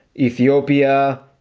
ethiopia,